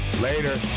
Later